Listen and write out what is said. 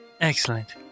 Excellent